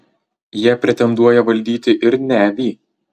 jie pretenduoja valdyti ir nevį